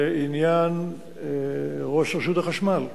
לעניין ראש רשות החשמל.